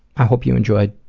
i hope you enjoyed